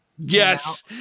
Yes